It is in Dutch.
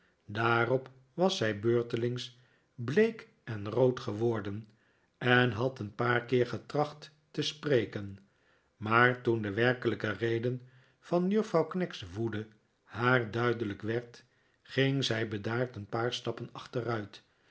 daarop was zij beurtelings bleek en rood geworden en had een paar keer getracht te spreken maar toen de werkelijke reden van juffrouw knag's woede haar duidelijk werd ging zij bedaard een paar stappen achteruit